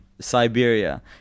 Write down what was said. Siberia